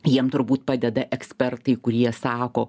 jiem turbūt padeda ekspertai kurie sako